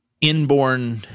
inborn